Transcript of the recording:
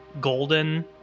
golden